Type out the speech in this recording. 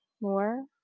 more